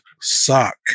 suck